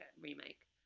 remake